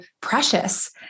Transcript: precious